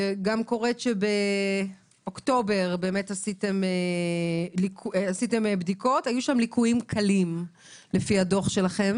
קוראת גם שבאוקטובר עשיתם בדיקות ומצאתם ליקויים קלים לפי הדו"ח שלכם